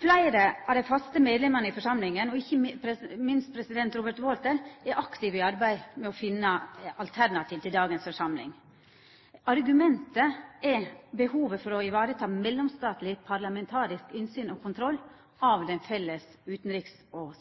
Fleire av dei faste medlemene i forsamlinga, og ikkje minst president Robert Walter, er aktive i arbeidet med å finna alternativ til dagens forsamling. Argumentet er behovet for å vareta mellomstatleg parlamentarisk innsyn og kontroll av den felles utanriks- og